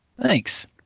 Thanks